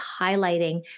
highlighting